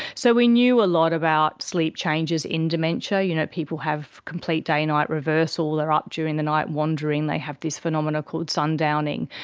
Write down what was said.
so we knew a lot about sleep changes in dementia, you know, people have complete day night reversal, there are up during the night wandering, they have this phenomena called sun-downing.